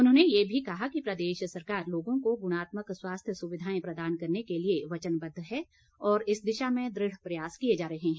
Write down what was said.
उन्होंने ये भी कहा कि प्रदेश सरकार लोगों को गुणात्मक स्वास्थ्य सुविधाएं प्रदान करने के लिए वचनबद्ध है और इस दिशा में दृढ़ प्रयास किए जा रहे हैं